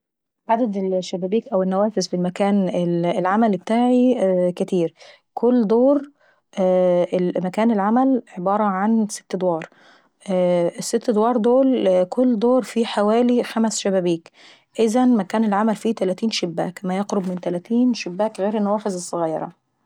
عدد الشبابيك أو النوافذ في مكان العمل ابتعاي كاتير. كل دور مكان العمل عبارة عن ست أدوار. الست أدوار دول كل دور فيه حوالي خمس شبابيك. ان مكان العمل في تلاتين شباك، ما يقرب من تلاتين شباك غير النوافذ الظغيرة.